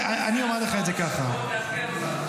בוא תעדכן אותנו.